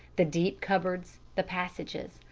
the deep cupboards, the passages,